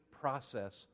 process